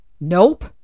Nope